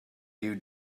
you